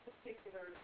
Particular